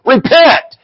Repent